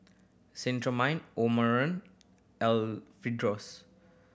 Cetrimide Omron